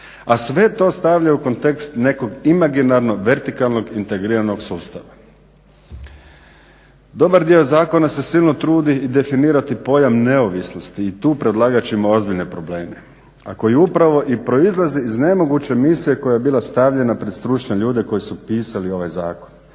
a sve to stavlja u kontekst nekog imaginarnog vertikalnog integriranog sustava. Dobar dio zakona se silno trudi i definirati pojam neovisnosti i tu predlagač ima ozbiljne probleme, a koji upravo i proizlaze iz nemoguće misije koja je bila stavljena pred stručne ljude koji su pisali ovaj zakon.